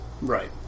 Right